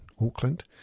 Auckland